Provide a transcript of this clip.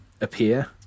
appear